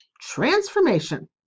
transformation